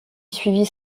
suivit